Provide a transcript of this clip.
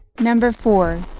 number four.